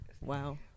Wow